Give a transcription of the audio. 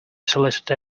solicitor